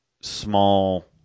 small